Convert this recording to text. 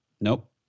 Nope